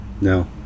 No